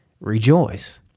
rejoice